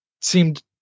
seemed